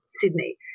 Sydney